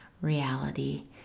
reality